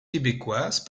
québécoises